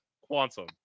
quantum